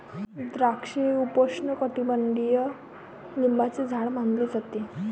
द्राक्षे हे उपोष्णकटिबंधीय लिंबाचे झाड मानले जाते